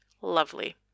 Lovely